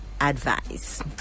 advice